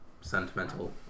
sentimental